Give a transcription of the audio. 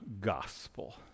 gospel